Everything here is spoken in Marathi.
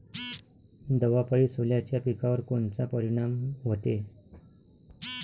दवापायी सोल्याच्या पिकावर कोनचा परिनाम व्हते?